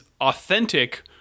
authentic